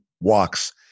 walks